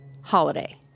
holiday